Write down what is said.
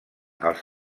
els